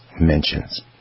mentions